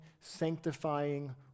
sanctifying